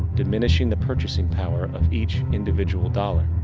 diminishing the purchasing power of each individual dollar.